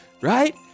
Right